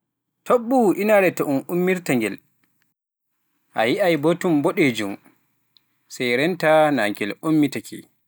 Toɓɓu inaare to ɗum ummirta-ngel, a yi'ay button boɗeejum, sey reenta naa ngel ummitake.